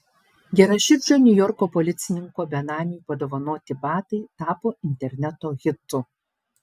geraširdžio niujorko policininko benamiui padovanoti batai tapo interneto hitu